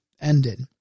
ended